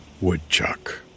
Woodchuck